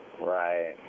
Right